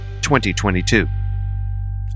2022